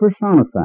personified